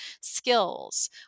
skills